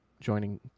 joining